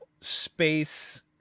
space